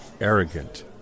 arrogant